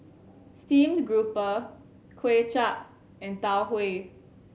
steamed grouper Kuay Chap and Tau Huay